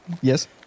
Yes